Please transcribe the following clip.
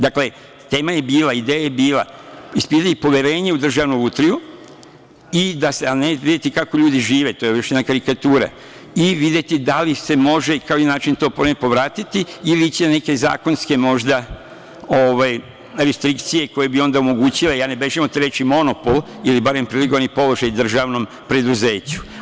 Dakle, tema je bila, ideja je bila ispitati poverenje u „Državnu lutriju“ i videti kako ljudi žive, to je još jedna karikatura, i videti da li se može i na koji način to povratiti ili će neke zakonske, možda, restrikcije koje bi onda omogućile, ja ne bežim od te reči - monopol ili barem privilegovani položaj državnom preduzeću.